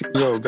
yo